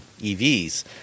EVs